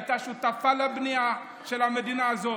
הייתה שותפה לבנייה של המדינה הזאת.